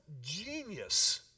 genius